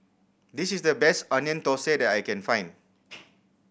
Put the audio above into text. this is the best Onion Thosai that I can find